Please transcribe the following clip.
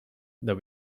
that